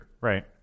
right